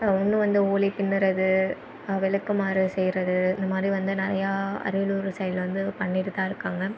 இன்னும் வந்து ஊளி பின்னுறது விளக்கமாறு செய்யறது இந்த மாரி வந்து நிறையா அரியலூர் சைடில் வந்து பண்ணிட்டு தான் இருக்காங்க